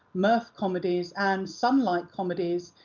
mirth comedies and sun-lite comedies.